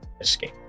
escape